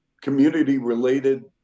community-related